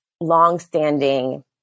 longstanding